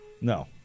No